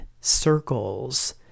circles